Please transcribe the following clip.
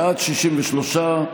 בעד, 63,